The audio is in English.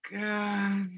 God